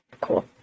cool